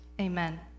amen